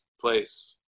place